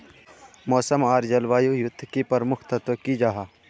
मौसम आर जलवायु युत की प्रमुख तत्व की जाहा?